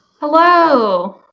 Hello